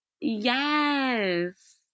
Yes